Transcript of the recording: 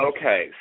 Okay